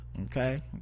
Okay